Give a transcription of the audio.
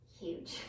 huge